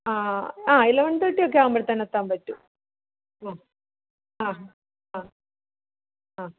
ആ ആ എലവൻ തേട്ടി ഒക്കെ ആവുമ്പോഴ്ത്തേനും എത്താൻ പറ്റും ആ ആ ആ ആ